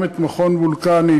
גם את מכון וולקני,